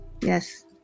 Yes